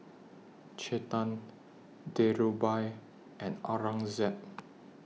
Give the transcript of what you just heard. Chetan Dhirubhai and Aurangzeb